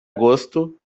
gosto